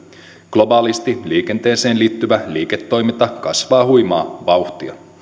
globaalisti liikenteeseen liittyvä liiketoiminta kasvaa huimaa vauhtia